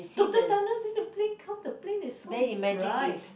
total darkness then the plane come the plane is so bright